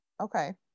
okay